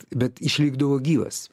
bet išlikdavo gyvas